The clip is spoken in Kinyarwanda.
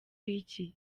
iki